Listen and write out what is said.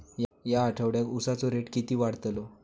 या आठवड्याक उसाचो रेट किती वाढतलो?